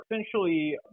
essentially